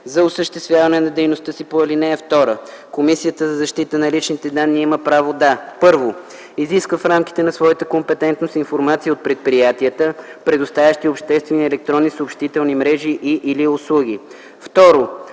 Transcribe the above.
За осъществяване на дейността си по ал. 2 Комисията за защита на личните данни има право да: 1. изисква в рамките на своята компетентност информация от предприятията, предоставящи обществени електронни съобщителни мрежи и/или услуги;